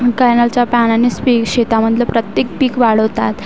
कॅनलच्या पाण्याने स्वी शेतामधलं प्रत्येक पीक वाढवतात